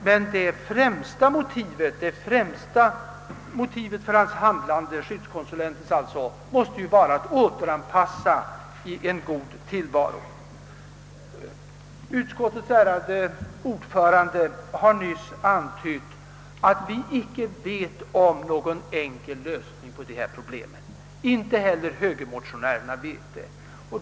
Men den främsta riktpunkten för skyddskonsulentens handlande måste ju vara att återanpassa den dömde i en god tillvaro. Utskottets ordförande har nyss antytt att vi inte känner till någon enkel lösning av dessa problem, Inte heller högermotionärerna gör det.